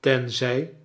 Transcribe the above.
tenzij